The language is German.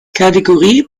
kategorie